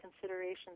considerations